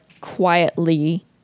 quietly